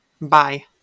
Bye